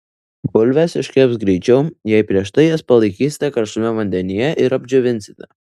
bulvės iškeps greičiau jei prieš tai jas palaikysite karštame vandenyje ir apdžiovinsite